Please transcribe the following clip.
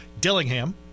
Dillingham